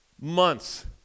months